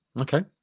Okay